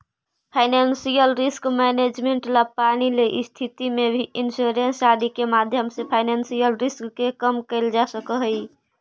financial risk management ला पानी ले स्थिति में भी इंश्योरेंस आदि के माध्यम से फाइनेंशियल रिस्क के कम कैल जा सकऽ हई